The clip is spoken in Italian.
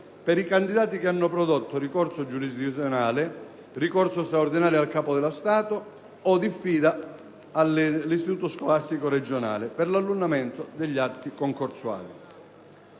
per i candidati che hanno prodotto ricorso giurisdizionale, ricorso straordinario al Capo dello Stato o diffida all'ufficio scolastico regionale per l'annullamento degli atti concorsuali;